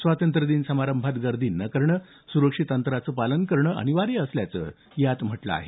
स्वातंत्र्य दिन समारंभात गर्दी न करणं सुरक्षित अंतराचं पालन करणं अनिवार्य असल्याचं यात म्हटलं आहे